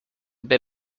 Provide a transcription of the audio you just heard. bit